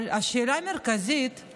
אבל השאלה המרכזית היא